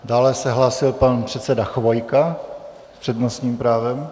Dále se hlásil pan předseda Chvojka s přednostním právem.